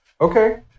Okay